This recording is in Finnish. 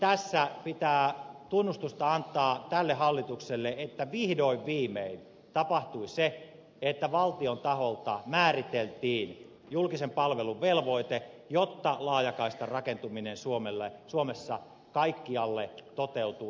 tässä pitää tunnustusta antaa tälle hallitukselle että vihdoin viimein tapahtui se että valtion taholta määriteltiin julkisen palvelun velvoite jotta laajakaistan rakentuminen suomessa kaikkialle toteutuu ja tapahtuu